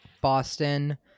Boston